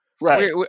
right